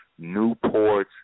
Newports